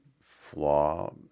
flaw